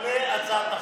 חבר הכנסת פינדרוס,